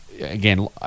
again